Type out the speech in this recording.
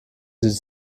sich